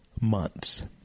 months